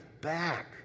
back